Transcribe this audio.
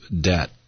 debt